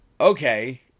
okay